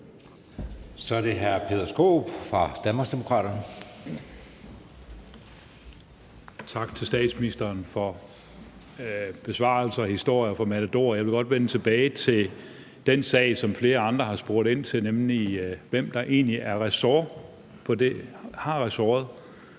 Så er det hr. Peter Skaarup fra Danmarksdemokraterne. Kl. 01:00 Peter Skaarup (DD): Tak til statsministeren for besvarelser og historier fra »Matador«. Jeg vil godt vende tilbage til den sag, som flere andre har spurgt ind til, nemlig hvem der egentlig har ressortansvaret